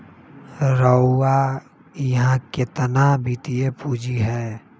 रउरा इहा केतना वित्तीय पूजी हए